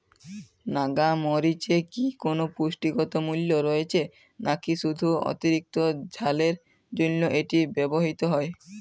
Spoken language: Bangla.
নাগা মরিচে কি কোনো পুষ্টিগত মূল্য রয়েছে নাকি শুধু অতিরিক্ত ঝালের জন্য এটি ব্যবহৃত হয়?